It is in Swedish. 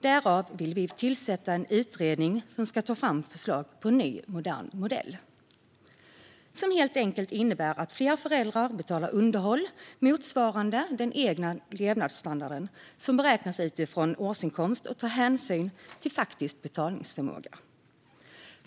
Därav vill vi tillsätta en utredning som ska ta fram förslag på en ny modern modell som helt enkelt innebär att fler föräldrar betalar underhåll motsvarande den egna levnadsstandarden, som beräknas utifrån årsinkomst och tar hänsyn till faktisk betalningsförmåga.